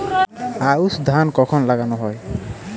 আউশ ধান কখন লাগানো হয়?